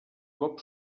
cop